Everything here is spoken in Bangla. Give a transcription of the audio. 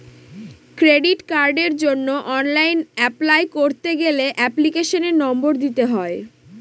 ক্রেডিট কার্ডের জন্য অনলাইন অ্যাপলাই করতে গেলে এপ্লিকেশনের নম্বর দিতে হয়